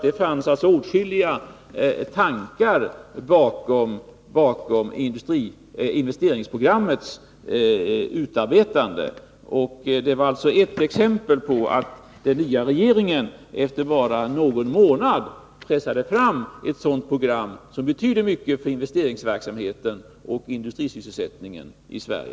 Det finns alltså åtskilliga tankar bakom investeringsprogrammets utarbetande. Jag vill framhålla att den nya regeringen efter bara någon månad pressade fram ett sådant program, som betyder mycket för investeringsverksamheten och industrisysselsättningen i Sverige.